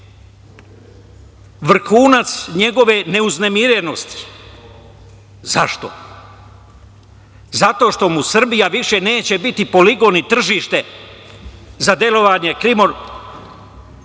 vrhunac njegove neuznemirenosti. Zašto? Zato što mu Srbija više neće biti poligon i tržište za delovanje krimo-narko